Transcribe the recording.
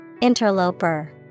Interloper